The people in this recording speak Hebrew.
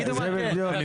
תגידו מה כן.